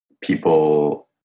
people